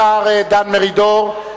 השר דן מרידור.